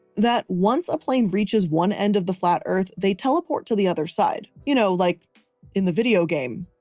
that once a plane reaches one end of the flat earth, they teleport to the other side, you know, like in the video game,